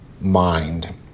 mind